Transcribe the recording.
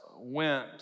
went